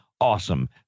awesome